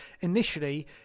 initially